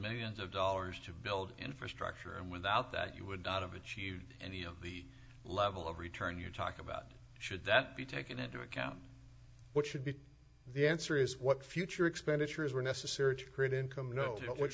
millions of dollars to build infrastructure and without that you would not have achieved any of the level of return you talk about should that be taken into account what should be the answer is what future expenditures are necessary to create income you know what